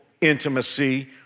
intimacy